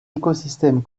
écosystèmes